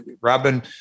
Robin